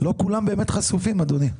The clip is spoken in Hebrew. לא כולם באמת חשופים אדוני.